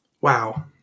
wow